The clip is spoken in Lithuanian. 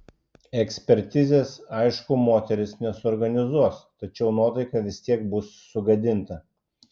ekspertizės aišku moteris nesuorganizuos tačiau nuotaika vis tiek bus sugadinta